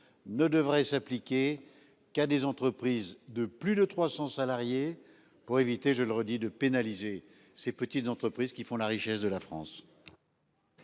ne devrait s'appliquer qu'à des entreprises de plus de 300 salariés pour éviter, je le redis de pénaliser ces petites entreprises qui font la richesse de la France.